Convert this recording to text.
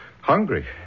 hungry